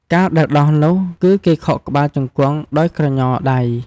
ការដែលដោះនោះ គឺគេខោកក្បាលជង្គង់ដោយក្រញដៃ។